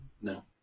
No